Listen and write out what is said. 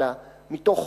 אלא מתוך